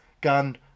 gun